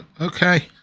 Okay